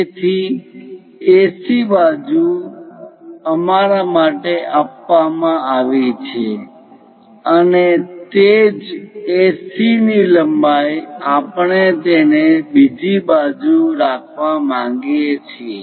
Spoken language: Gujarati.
તેથી AC બાજુ અમારા માટે આપવામાં આવી છે અને તે જ AC ની લંબાઈ આપણે તેને બીજી બાજુ રાખવા માંગીએ છીએ